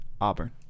Auburn